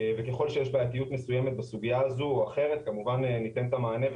וככל שיש בעייתיות מסוימת בסוגיה כזאת או אחרת כמובן ניתן את המענה.